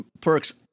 perks